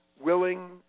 willing